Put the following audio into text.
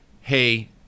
hey